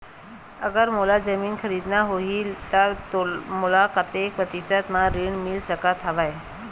अगर मोला जमीन खरीदना होही त मोला कतेक प्रतिशत म ऋण मिल सकत हवय?